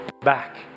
back